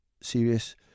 serious